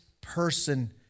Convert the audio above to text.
person